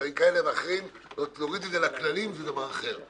דברים כאלה ואחרים ולהוריד את זה לכללים זה דבר אחר.